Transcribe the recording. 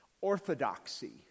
Orthodoxy